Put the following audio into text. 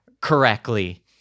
correctly